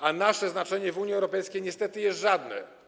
A nasze znaczenie w Unii Europejskiej niestety jest żadne.